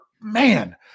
man